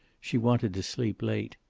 she wanted to sleep late.